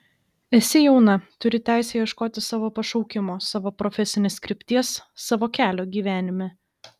esi jauna turi teisę ieškoti savo pašaukimo savo profesinės krypties savo kelio gyvenime